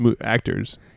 actors